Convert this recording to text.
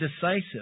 decisive